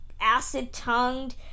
acid-tongued